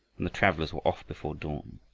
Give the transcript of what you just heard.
and the travelers were off before dawn.